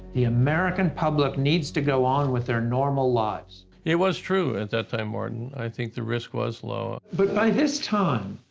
the american public needs to go on with their normal lives. it was true at that time, martin. i think the risk was low. smith but by this time,